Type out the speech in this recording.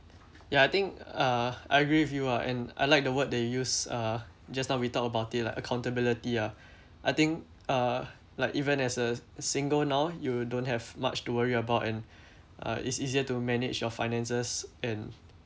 ya I think uh I agree with you ah and I like the word that you use uh just now we talk about it lah accountability ah I think uh like even as a single now you don't have much to worry about and uh it's easier to manage your finances and